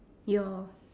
your